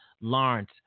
Lawrence